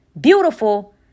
Beautiful